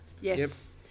Yes